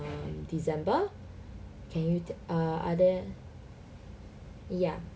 on december can you err are there ya